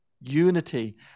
unity